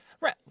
right